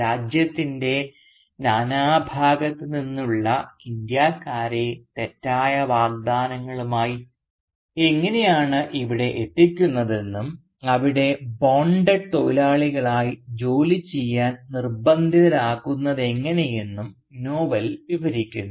രാജ്യത്തിൻറെ നാനാഭാഗത്തു നിന്നുമുള്ള ഇന്ത്യക്കാരെ തെറ്റായ വാഗ്ദാനങ്ങളുമായി എങ്ങനെയാണ് അവിടെ എത്തിക്കുന്നതെന്നും അവിടെ ബോണ്ടഡ് തൊഴിലാളികളായി ജോലി ചെയ്യാൻ നിർബന്ധിതരാകുന്നതെങ്ങനെയെന്നും നോവൽ വിവരിക്കുന്നു